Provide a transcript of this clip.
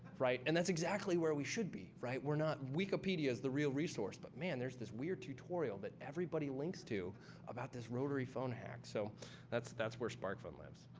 right? and that's exactly where we should be, right? we're not wikipedia is the real resource. but man, there's this weird tutorial that everybody links to about this rotary phone hack. so that's that's where sparkfun islives.